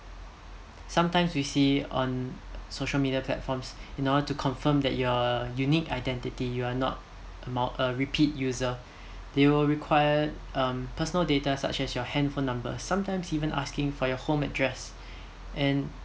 sometimes we see on social media platforms in order to confirm that your unique identity you are not amo~ uh repeat user they will require um personal data such as your handphone number sometimes even asking for your home address and